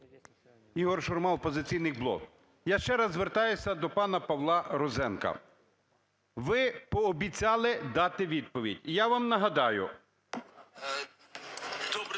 Ігор Шурма, "Опозиційний блок". Я ще раз звертаюся до пана Павла Розенка. Ви пообіцяли дати відповідь, і я вам нагадаю…